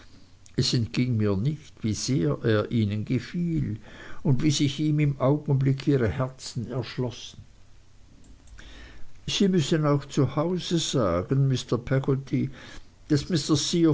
es entging mir nicht wie sehr er ihnen gefiel und wie sich ihm im augenblick ihre herzen erschlossen sie müssen auch zu hause sagen mr peggotty